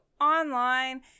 online